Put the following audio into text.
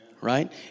right